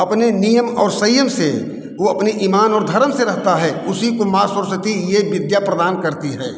अपने नियम और संयम से वह अपनी ईमान और धर्म से रहता है उसी को माँ सरस्वती यह विद्या प्रदान करती है